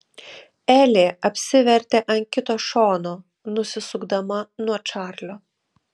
elė apsivertė ant kito šono nusisukdama nuo čarlio